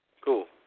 cool